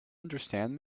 understand